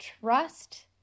trust